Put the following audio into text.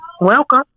Welcome